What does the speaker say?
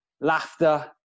laughter